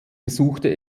besuchte